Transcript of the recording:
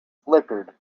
flickered